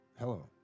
Hello